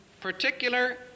particular